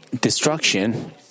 destruction